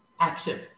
action